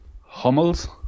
Hummels